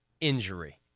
injury